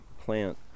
plant